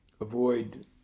avoid